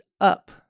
up